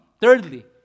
Thirdly